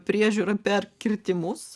priežiūrą per kirtimus